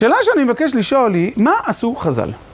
שאלה שאני מבקש לשאול היא, מה עשו חז"ל?